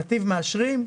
נתיב מאשרים,